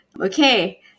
Okay